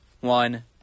one